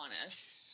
honest